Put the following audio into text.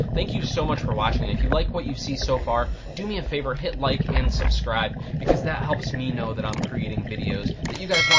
thank you so much for watching. and if you like we you see so far, do me a favor, hit like and subscribe because that helps me know that i'm creating videos that you guys